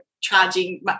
charging